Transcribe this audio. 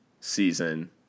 season